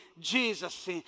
Jesus